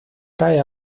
cae